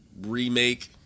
remake